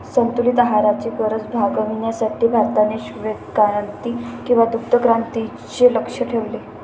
संतुलित आहाराची गरज भागविण्यासाठी भारताने श्वेतक्रांती किंवा दुग्धक्रांतीचे लक्ष्य ठेवले